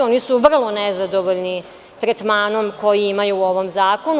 Oni su vrlo nezadovoljni tretmanom koji imaju u ovom zakonu.